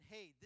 Hey